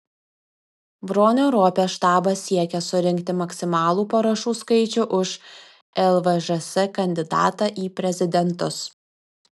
bronio ropės štabas siekia surinkti maksimalų parašų skaičių už lvžs kandidatą į prezidentus